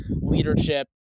leadership